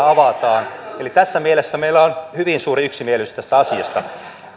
avataan eli tässä mielessä meillä on hyvin suuri yksimielisyys tästä asiasta